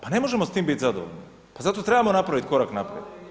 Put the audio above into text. Pa ne možemo biti s tim zadovoljni pa zato trebamo napraviti korak naprijed.